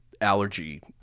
allergy